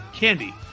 Candy